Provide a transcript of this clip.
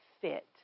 fit